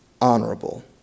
honorable